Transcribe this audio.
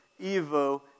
Evo